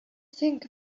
think